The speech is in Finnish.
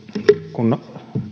kun